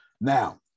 Now